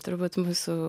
turbūt mūsų